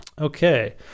Okay